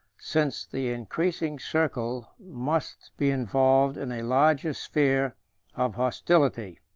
since the increasing circle must be involved in a larger sphere of hostility.